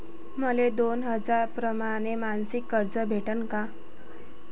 मले दोन हजार परमाने मासिक कर्ज कस भेटन?